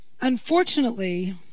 Unfortunately